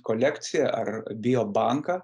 kolekciją ar bijo banką